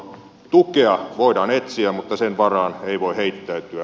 tukea voidaan etsiä mutta sen varaan ei voi heittäytyä